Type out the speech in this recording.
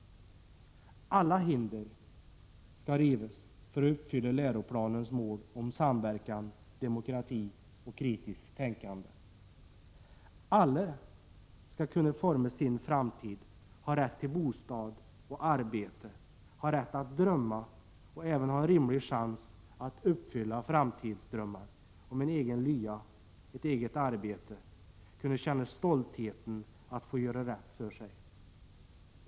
Alla hinder för att uppfylla läroplanens mål om samverkan, demokrati och kritiskt tänkande skall rivas. Alla skall kunna forma sin framtid, alla skall ha rätt till bostad och arbete, ha rätt att drömma och även en rimlig chans att kunna uppfylla sina framtidsdrömmar om en egen lya, ett eget arbete. Alla skall kunna känna stolthet över att kunna göra rätt för sig.